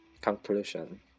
conclusion